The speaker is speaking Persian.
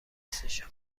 هستش